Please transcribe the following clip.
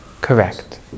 Correct